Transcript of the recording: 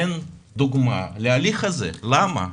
אין דוגמא להליך הזה, למה?